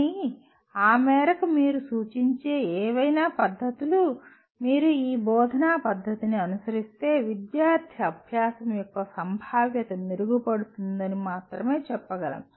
కానీ ఆ మేరకు మీరు సూచించే ఏవైనా పద్ధతులు మీరు ఈ బోధనా పద్ధతిని అనుసరిస్తే విద్యార్థి అభ్యాసం యొక్క సంభావ్యత మెరుగుపడుతుందని మాత్రమే చెప్పగలం